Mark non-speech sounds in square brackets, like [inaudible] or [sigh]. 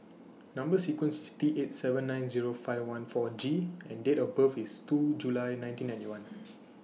[noise] Number sequence IS T eight seven nine Zero five one four G and Date of birth IS two July nineteen ninety one